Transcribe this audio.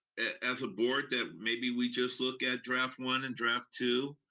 as a board, that maybe we just look at draft one and draft two?